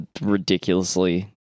ridiculously